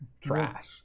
trash